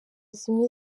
zimwe